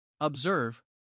Observe